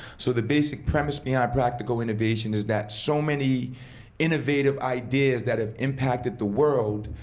so the basic premise behind practical innovation is that so many innovative ideas that have impacted the world,